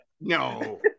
No